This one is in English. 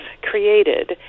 created